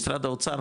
משרד האוצר,